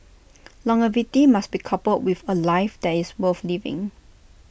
longevity must be coupled with A life that is worth living